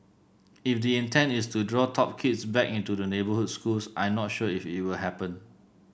if the intent is to draw top kids back into the neighbourhood schools I'm not sure if it will happen